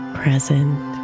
present